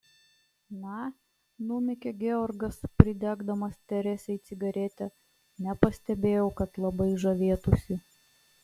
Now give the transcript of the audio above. na numykė georgas pridegdamas teresei cigaretę nepastebėjau kad labai žavėtųsi